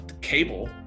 cable